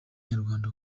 nyarwanda